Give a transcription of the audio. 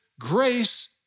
grace